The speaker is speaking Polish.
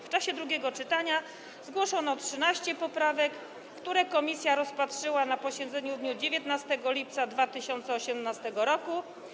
W czasie drugiego czytania zgłoszono 13 poprawek, które komisja rozpatrzyła na posiedzeniu w dniu 19 lipca 2018 r.